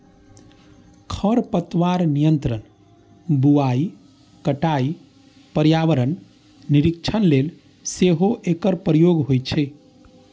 खरपतवार नियंत्रण, बुआइ, कटाइ, पर्यावरण निरीक्षण लेल सेहो एकर प्रयोग होइ छै